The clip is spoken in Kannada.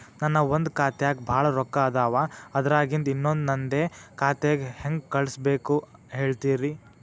ನನ್ ಒಂದ್ ಖಾತ್ಯಾಗ್ ಭಾಳ್ ರೊಕ್ಕ ಅದಾವ, ಅದ್ರಾಗಿಂದ ಇನ್ನೊಂದ್ ನಂದೇ ಖಾತೆಗೆ ಹೆಂಗ್ ಕಳ್ಸ್ ಬೇಕು ಹೇಳ್ತೇರಿ?